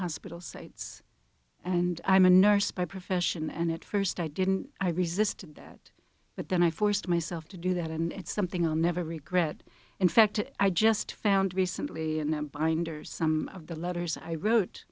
hospital sites and i'm a nurse by profession and at first i didn't i resisted that but then i forced myself to do that and it's something i'll never regret in fact i just found recently in a binder some of the letters i wrote